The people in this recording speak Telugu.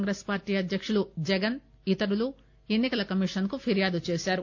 కాంగ్రెస్ పార్టీ అధ్భకుడు జగన్ ఇతరులు ఎన్ని కల కమీషన్కు ఫిర్యాదు చేశారు